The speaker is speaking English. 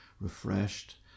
refreshed